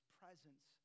presence